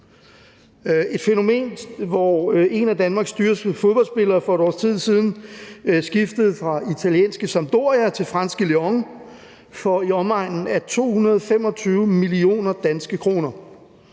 et fænomen, hvor en af Danmarks dyreste fodboldspillere for et års tid siden skiftede fra italienske Sampdoria til franske Lyon for i omegnen af 225 mio. kr.